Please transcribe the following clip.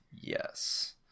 Yes